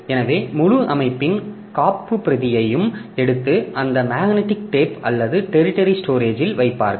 எனவே முழு அமைப்பின் காப்புப்பிரதியையும் எடுத்து அந்த மேக்னெட்டிக் டேப் அல்லது டெரிடரி ஸ்டோரேஜில் வைப்பார்கள்